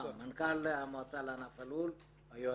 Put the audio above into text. --- אני מנכ"ל המועצה לענף הלול ויושב